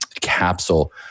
capsule